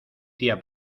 tía